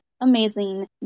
amazing